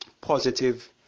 positive